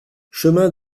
chemin